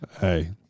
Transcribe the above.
Hey